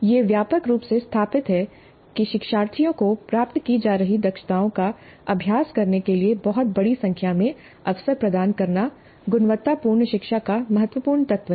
यह व्यापक रूप से स्थापित है कि शिक्षार्थियों को प्राप्त की जा रही दक्षताओं का अभ्यास करने के लिए बहुत बड़ी संख्या में अवसर प्रदान करना गुणवत्तापूर्ण शिक्षा का महत्वपूर्ण तत्व है